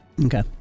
Okay